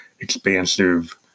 expansive